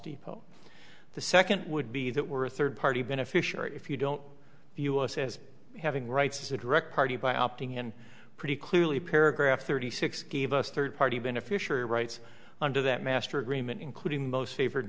depot the second would be that we're a third party beneficiary if you don't view us as having rights as a direct party by opting in pretty clearly paragraph thirty six gave us third party beneficiary rights under that master agreement including most favored